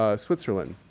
ah switzerland.